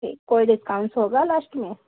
ठीक कोई डिस्काउंट होगा लास्ट में